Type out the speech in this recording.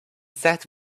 said